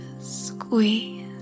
squeeze